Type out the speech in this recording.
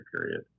period